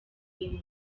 inyo